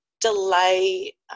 delay